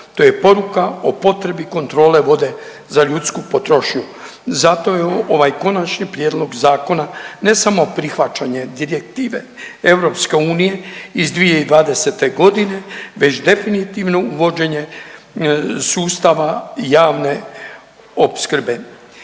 to je poruka o potrebi kontrole vode za ljudsku potrošnju, zato je ovaj konačni prijedlog zakona ne samo prihvaćanje Direktive EU iz 2020.g. već definitivno uvođenje sustava javne opskrbe.